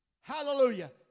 hallelujah